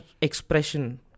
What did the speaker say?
expression